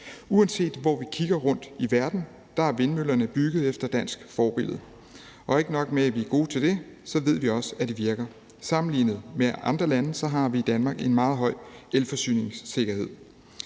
Uanset hvor vi kigger rundt i verden, er vindmøllerne bygget efter dansk forbillede. Ikke nok med, at vi er gode til det, så ved vi også, at det virker. Sammenlignet med andre lande har vi i Danmark en meget høj elforsyningssikkerhed.